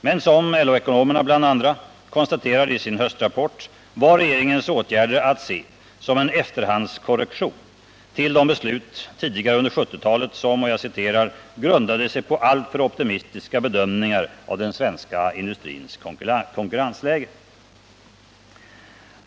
Men som LO-ekonomerna konstaterat i sin höstrapport var regeringens åtgärder att se som en ”efterhandskorrektion” till de beslut tidigare under 1970-talet som ”grundade sig på alltför optimistiska bedömningar av den svenska industrins konkurrensläge”.